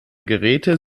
geräte